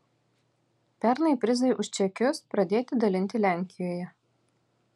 pernai prizai už čekius pradėti dalinti lenkijoje